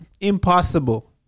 Impossible